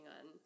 on